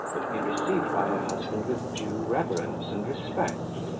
but, be received by her husband with due reverence and respect.